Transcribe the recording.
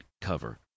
cover